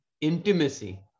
intimacy